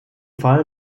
fall